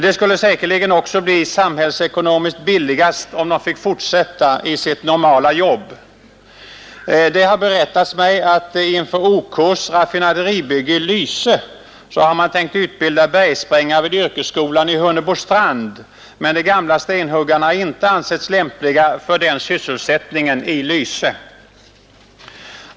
Det skulle säkerligen också bli samhällsekonomiskt billigast om de fick fortsätta i sitt normala jobb. Det har berättats mig, att inför OK : raffinaderibygge i Lyse har man tänkt utbilda bergsprängare vid yrkesskolan i Hunnebostrand, men de gamla stenhuggarna har inte ansetts lämpliga för den sysselsättningen i Lyse.